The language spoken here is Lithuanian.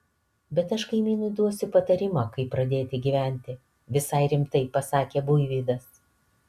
bet aš kaimynui duosiu patarimą kaip pradėti gyventi visai rimtai pasakė buivydas